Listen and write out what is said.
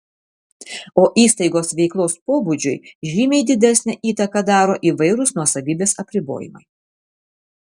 o įstaigos veiklos pobūdžiui žymiai didesnę įtaką daro įvairūs nuosavybės apribojimai